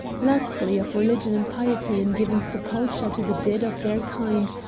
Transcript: lastly, of religion and piety, in giving sepulture to the dead of their kind,